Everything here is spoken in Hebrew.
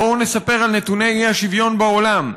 בואו נספר על נתוני האי-שוויון בעולם,